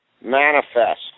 Manifest